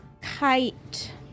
kite